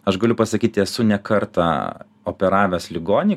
aš galiu pasakyti esu ne kartą operavęs ligonį